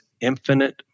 infinite